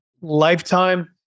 Lifetime